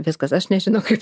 viskas aš nežinau kaip